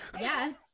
Yes